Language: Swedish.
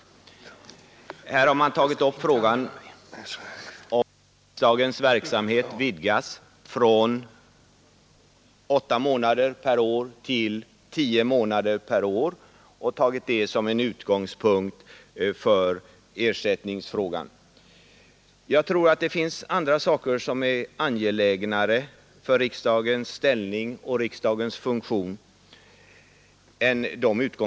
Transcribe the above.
Man har tagit det förhållandet att riksdagens verksamhet vidgas från åtta månader per år till tio månader per år som en utgångspunkt för ersättningsfrågan. Jag tror att det finns andra saker som är angelägnare för riksdagens ställning och funktion än detta.